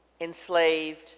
enslaved